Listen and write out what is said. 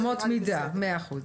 אמות מידה, מאה אחוז.